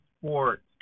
sports